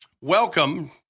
Welcome